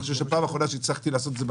אני חושב שפעם אחרונה שהצלחתי לעשות את זה,